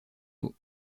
mot